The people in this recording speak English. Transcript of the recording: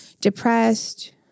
depressed